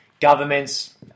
governments